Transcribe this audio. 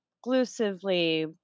exclusively